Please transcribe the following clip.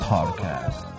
Podcast